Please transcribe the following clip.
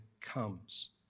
comes